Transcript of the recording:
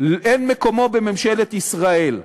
אין מקומו בממשלת ישראל.